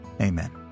Amen